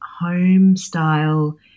home-style